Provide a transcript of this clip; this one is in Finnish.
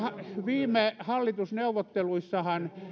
viime hallitusneuvotteluissahan